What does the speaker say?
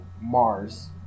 Mars